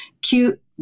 cute